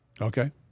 Okay